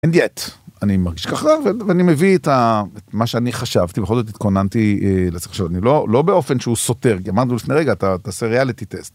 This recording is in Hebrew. אנד יט, אני מרגיש ככה ואני מביא את הה.. אתה מה שאני חשבתי בכל זאת התכוננתי אהה.. לא לא באופן שהוא סותר, כי אמרנו לפני רגע תעשה ריאליטי טסט.